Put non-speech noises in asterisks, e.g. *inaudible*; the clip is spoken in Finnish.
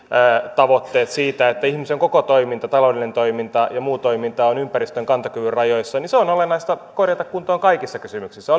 tavoitteet siitä että ihmisen koko toiminta taloudellinen toiminta ja muu toiminta on ympäristön kantokyvyn rajoissa on olennaista korjata kuntoon kaikissa kysymyksissä *unintelligible*